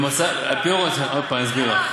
עוד פעם, אני אסביר לך.